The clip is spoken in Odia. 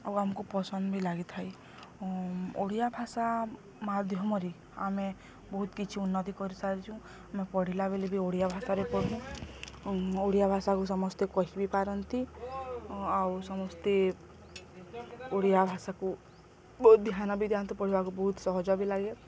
ଆଉ ଆମକୁ ପସନ୍ଦ ବି ଲାଗିଥାଏ ଓଡ଼ିଆ ଭାଷା ମାଧ୍ୟମରେ ଆମେ ବହୁତ କିଛି ଉନ୍ନତି କରିସାରିଛୁ ଆମେ ପଢ଼ିଲା ବେଲେ ବି ଓଡ଼ିଆ ଭାଷାରେ ପଢ଼ୁ ଓଡ଼ିଆ ଭାଷାକୁ ସମସ୍ତେ କହିିବି ପାରନ୍ତି ଆଉ ସମସ୍ତେ ଓଡ଼ିଆ ଭାଷାକୁ ବହୁତ ଧ୍ୟାନ ବି ଦିଆନ୍ତି ପଢ଼ିବାକୁ ବହୁତ ସହଜ ବି ଲାଗେ